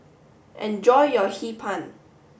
enjoy your Hee Pan